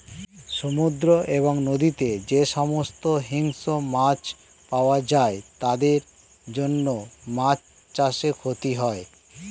সমুদ্র এবং নদীতে যে সমস্ত হিংস্র মাছ পাওয়া যায় তাদের জন্য মাছ চাষে ক্ষতি হয়